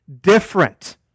different